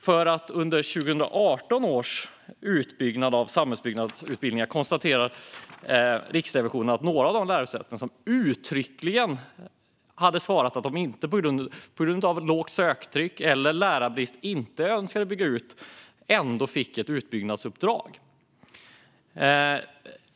För 2018 års utbyggnad av samhällsbyggnadsutbildningar konstaterar Riksrevisionen däremot att några av de lärosäten som uttryckligen hade svarat att de på grund av för lågt söktryck eller lärarbrist inte önskade bygga ut ändå fick ett utbyggnadsuppdrag.